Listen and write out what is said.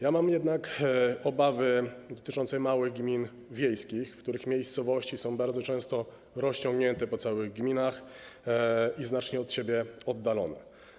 Ja mam jednak obawy dotyczące małych gmin wiejskich, w przypadku których miejscowości są bardzo często rozciągnięte, rozrzucone po całych gminach i znacznie od siebie oddalone.